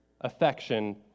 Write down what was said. affection